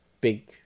Big